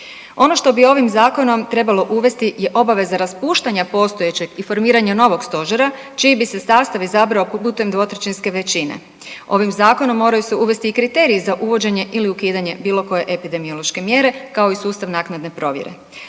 Ono što bi ovim zakonom trebalo uvesti je obaveza raspuštanja postojećeg i formiranja novog stožera čiji bi se sastav izabrao putem dvotrećinske većine. Ovim zakonom moraju se uvesti i kriteriji za uvođenje ili ukidanje bilo koje epidemiološke mjere, kao i sustav naknadne provjere.